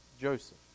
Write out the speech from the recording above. Joseph